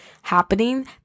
happening